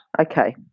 Okay